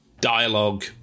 dialogue